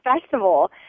festival